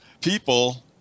people